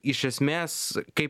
iš esmės kaip